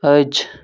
अछि